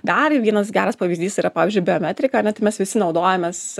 dar vienas geras pavyzdys yra pavyzdžiui biometrika ar ne tai mes visi naudojamės